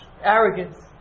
arrogance